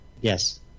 Yes